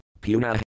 Puna